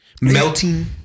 melting